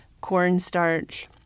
cornstarch